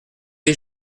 les